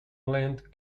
land